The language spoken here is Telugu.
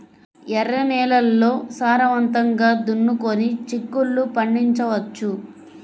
ఎర్ర నేలల్లో సారవంతంగా దున్నుకొని చిక్కుళ్ళు పండించవచ్చు